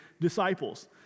disciples